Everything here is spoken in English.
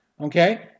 okay